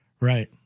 Right